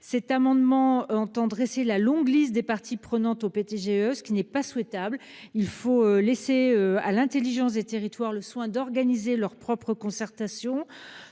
Cet amendement entend dresser une longue liste des parties prenantes aux PTGE, ce qui n'est pas souhaitable. Il faut laisser à l'intelligence des territoires le soin d'organiser leurs propres concertations.